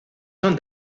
son